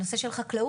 הנושא של חקלאות,